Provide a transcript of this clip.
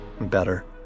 Better